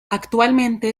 actualmente